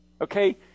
okay